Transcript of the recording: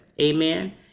Amen